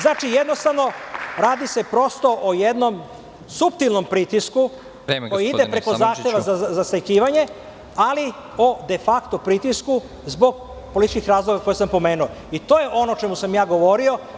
Znači, radi se o jednom suptilnom pritisku koji ide preko zahteva za zastajkivanje, ali o „de fakto“ pritisku zbog političkih razloga koji sam pomenuo i to je ono o čemu sam ja govorio.